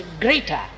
greater